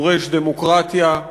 דורש דמוקרטיה,